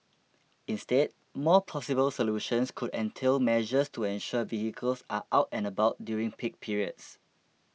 instead more plausible solutions could entail measures to ensure vehicles are out and about during peak periods